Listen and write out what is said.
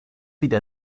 wieder